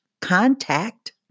contact